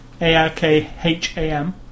A-R-K-H-A-M